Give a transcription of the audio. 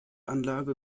anlage